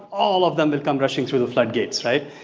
all of them will come rushing through the flood gates right?